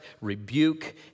rebuke